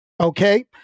Okay